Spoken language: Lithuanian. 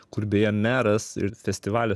kur beje meras ir festivalio